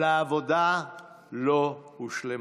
אבל העבודה לא הושלמה.